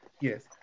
yes